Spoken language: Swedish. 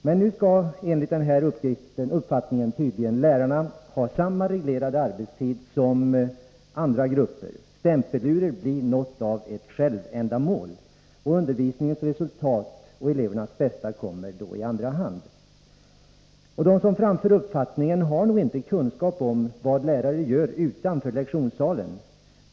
Men enligt den nu framförda uppfattningen skall tydligen lärarna ha samma reglerade arbetstid som andra grupper. Stämpeluret blir något av ett självändamål och undervisningens resultat och elevernas bästa kommer i andra hand. De som framför denna uppfattning har nog inte kunskap om vad lärarna gör utanför lektionssalen.